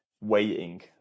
waiting